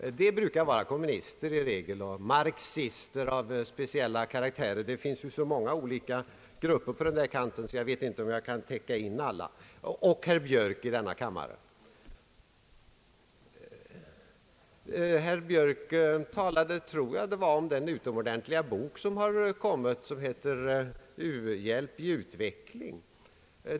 I regel är det kommunister och marxister av olika slag — det finns ju så många grupper på den kanten, så jag vet inte om jag kan täcka in alla — samt nu herr Björk i denna kammare som yttrar sig på det sättet. Jag tror att det var herr Björk som också nämnde den utomordentliga bok som heter U-hjälp i utveckling.